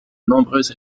nombreuses